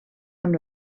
amb